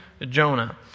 Jonah